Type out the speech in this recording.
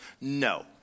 No